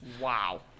Wow